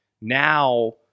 Now